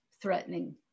threatening